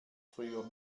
früher